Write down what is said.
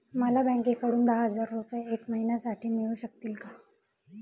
मला बँकेकडून दहा हजार रुपये एक महिन्यांसाठी मिळू शकतील का?